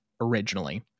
originally